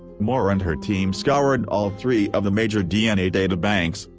moore and her team scoured all three of the major dna data banks,